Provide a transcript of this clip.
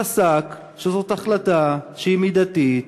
פסק שזאת החלטה שהיא מידתית,